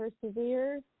persevere